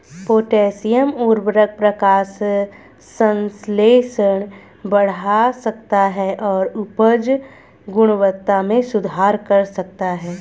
potassium उवर्रक प्रकाश संश्लेषण बढ़ा सकता है और उपज गुणवत्ता में सुधार कर सकता है